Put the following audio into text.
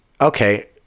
okay